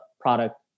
product